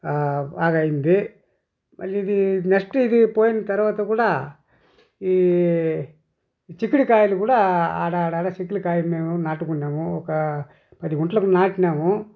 బాగా అయింది మళ్లీ ఇదీ నెక్స్ట్ ఇది పోయిన తరవాత కూడా ఈ చిక్కుడు కాయలు కూడా ఆడాడ చిక్కుడు కాయ మేము నాటుకున్నాము ఒక పది గుంట్లకి నాటినాము